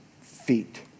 feet